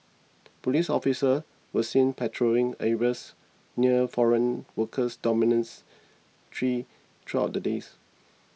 police officers were seen patrolling areas near foreign workers dominants tree throughout the days